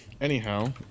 Anyhow